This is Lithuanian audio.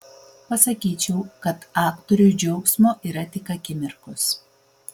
pasakyčiau kad aktoriui džiaugsmo yra tik akimirkos